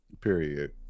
Period